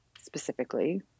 specifically